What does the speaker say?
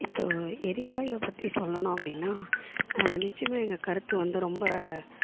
இப்போது எரிவாயுவை பற்றி சொல்லணும் அப்படின்னா நிச்சியமாக எங்கள் கருத்து வந்து ரொம்ப